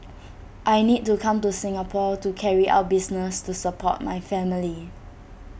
I need to come to Singapore to carry out business to support my family